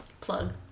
plug